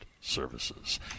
Services